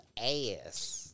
ass